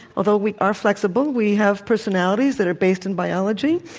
although we are flexible, we have personalities that are based in biology.